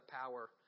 power